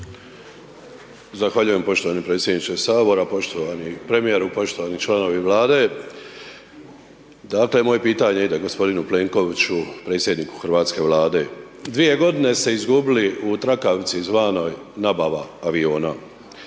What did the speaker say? Zahvaljujem poštovani predsjedniče sabora, poštovani premijeru, poštovani članovi Vlade, moje pitanje ide gospodinu Plenkoviću predsjedniku Hrvatske Vlade. Dvije godine ste izgubili u trakavici zvanoj nabava aviona,